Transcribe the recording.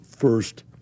First